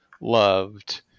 loved